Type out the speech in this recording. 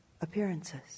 appearances